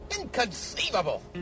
Inconceivable